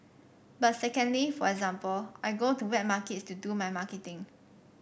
but secondly for example I go to wet markets to do my marketing